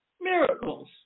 miracles